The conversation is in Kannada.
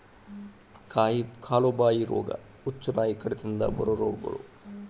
ಕಾಲು ಬಾಯಿ ರೋಗಾ, ಹುಚ್ಚುನಾಯಿ ಕಡಿತದಿಂದ ಬರು ರೋಗಗಳು